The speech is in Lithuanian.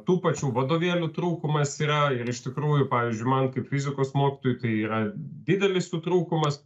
tų pačių vadovėlių trūkumas yra ir iš tikrųjų pavyzdžiui man kaip fizikos mokytojui tai yra didelis jų trūkumas